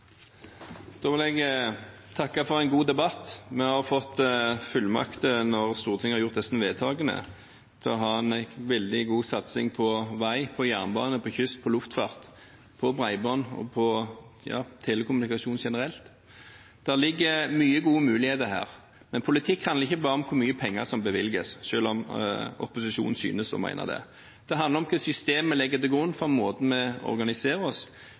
Jeg vil takke for en god debatt. Vi har fått fullmakt når Stortinget har gjort disse vedtakene, til å ha en veldig god satsing på vei, på jernbane, på kyst, på luftfart, på bredbånd og på telekommunikasjon generelt. Det ligger mange gode muligheter her, men politikk handler ikke bare om hvor mye penger som bevilges, selv om opposisjonen synes å mene det. Det handler om hva systemet legger til grunn for måten vi organiserer oss